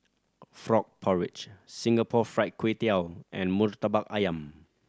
frog porridge Singapore Fried Kway Tiao and Murtabak Ayam